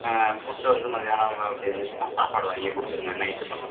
ஆ food வந்து மதியானம் அப்படி இருந்துச்சுன்னா சாப்பாடு வாங்கி கொடுத்துடுங்க நைட் மட்டும்